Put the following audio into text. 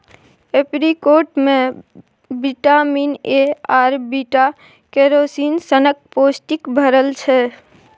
apricot मे vitamin A आर beta carotene सनक पौष्टिक भरल छै